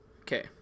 Okay